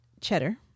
cheddar